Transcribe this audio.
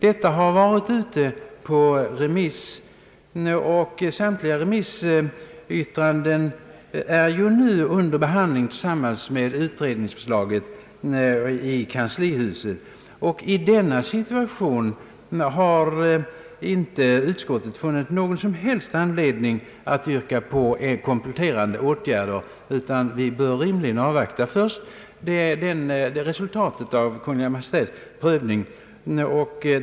Detta har varit ute på remiss, och samtliga remissyttranden är under behandling i kanslihuset tillsammans med utredningsförslaget. I denna situation har utskottet inte funnit någon som helst anledning att yrka på kompletterande åtgärder, utan vi bör rimligen först avvakta resultatet av Kungl. Maj:ts prövning.